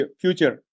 future